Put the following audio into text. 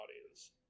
audience